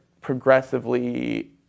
progressively